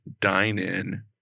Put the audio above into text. Dine-In